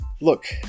Look